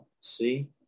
See